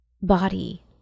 body